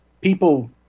people